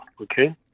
Okay